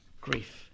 grief